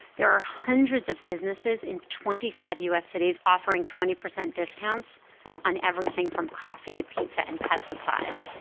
there are hundreds of businesses in twenty five u s. cities offering twenty percent discounts on everything from coffee to pizza and pet supplies.